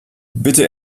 bitte